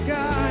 God